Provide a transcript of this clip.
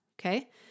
Okay